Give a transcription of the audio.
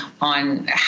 on